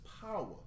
power